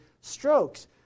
strokes